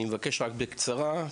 אני מבקש רק בקצרה,